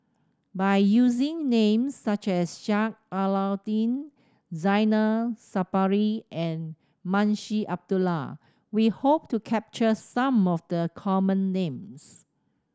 by using names such as Sheik Alau'ddin Zainal Sapari and Munshi Abdullah we hope to capture some of the common names